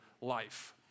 life